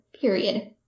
period